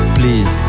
please